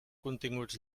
continguts